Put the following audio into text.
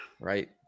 right